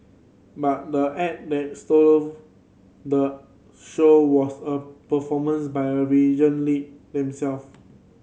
but the act that stole the show was a performance by a region lead them